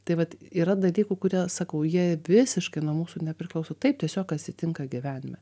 tai vat yra dalykų kurie sakau jie visiškai nuo mūsų nepriklauso taip tiesiog atsitinka gyvenime